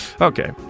Okay